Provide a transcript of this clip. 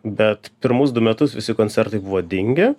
bet pirmus du metus visi koncertai buvo dingę